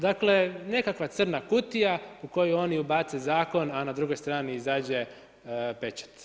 Dakle, nekakva crna kutija u koju oni ubace zakon, a na drugoj strani zađe pečat.